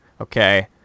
okay